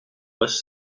was